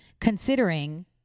Considering